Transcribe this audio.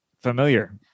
familiar